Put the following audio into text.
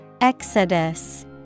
Exodus